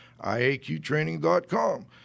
iaqtraining.com